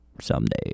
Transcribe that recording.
someday